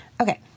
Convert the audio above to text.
Okay